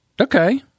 Okay